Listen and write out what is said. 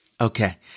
Okay